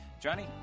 Johnny